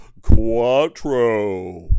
quattro